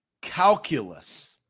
calculus